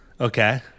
Okay